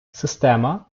система